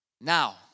Now